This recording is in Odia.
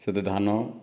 ସେଥିରେ ଧାନ